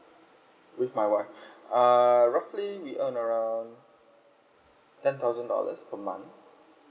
with my wife uh roughly we earn around ten thousand dollars per month